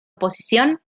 oposición